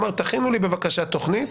אמר, תכינו לי בבקשה תוכנית